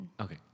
Okay